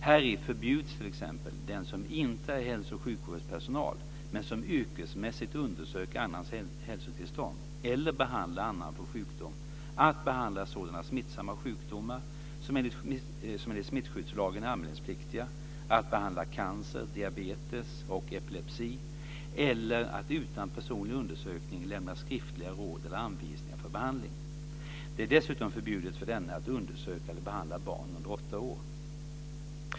Häri förbjuds t.ex. den som inte är hälso och sjukvårdspersonal men som yrkesmässigt undersöker annans hälsotillstånd eller behandlar annan för sjukdom att behandla sådana smittsamma sjukdomar som enligt smittskyddslagen är anmälningspliktiga, att behandla cancer, diabetes och epilepsi eller att utan personlig undersökning lämna skriftliga råd eller anvisningar för behandling. Det är dessutom förbjudet för denne att undersöka eller behandla barn under åtta år.